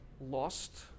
lost